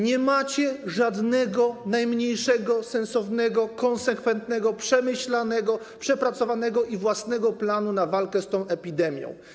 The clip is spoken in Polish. Nie macie żadnego, najmniejszego, sensownego, konsekwentnego, przemyślanego, przepracowanego i własnego planu na walkę z tą epidemią.